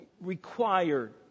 Required